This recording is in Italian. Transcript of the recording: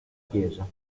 chiesa